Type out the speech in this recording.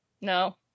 no